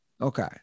okay